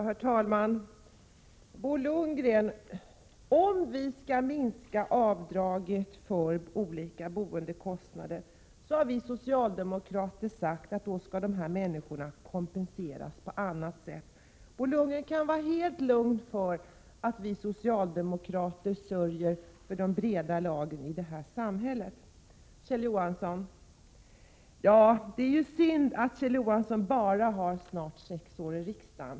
Herr talman! Om vi skall minska avdraget för olika boendekostnader, Bo Lundgren, så har vi socialdemokrater sagt att de berörda människorna då skall kompenseras på annat sätt. Bo Lundgren kan vara helt lugn för att vi socialdemokrater sörjer för de breda lagren i samhället. Kjell Johansson! Det är synd att Kjell Johansson inte har varit mer än snart sex år i riksdagen.